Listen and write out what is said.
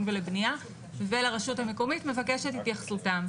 ולבנייה ולרשות המקומית ומבקש את התייחסותם.